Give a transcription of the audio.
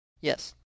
Yes